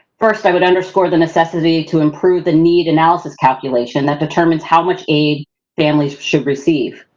first, i would underscore the necessity to improve the need analysis calculation that determines how much aid families should receive.